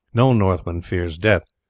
no northman fears death,